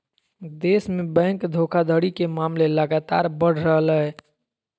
देश में बैंक धोखाधड़ी के मामले लगातार बढ़ रहलय